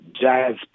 jazz